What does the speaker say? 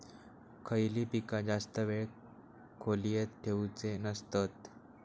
खयली पीका जास्त वेळ खोल्येत ठेवूचे नसतत?